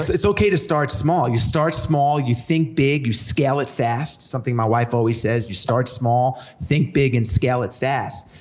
it's okay to start small, you start small, you think big, you scale it fast, something my wife always says, you start small, think big, and scale it fast.